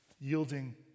yielding